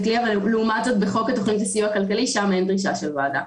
לעומת זה בחוק התוכנית לסיוע כלכלי אין דרישה של אישור ועדה.